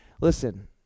Listen